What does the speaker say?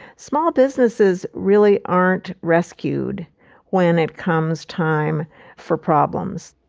small businesses really aren't rescued when it comes time for problems.